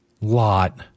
Lot